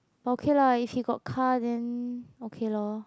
but okay lah if he got car then okay lor